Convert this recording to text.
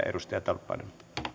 edustaja tolppanen